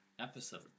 episode